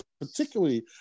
particularly